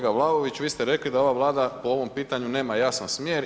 Kolega Vlaović vi ste rekli da ova Vlada po ovom pitanju nema jasan smjer.